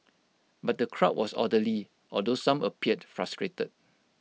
but the crowd was orderly although some appeared frustrated